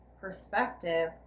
perspective